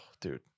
dude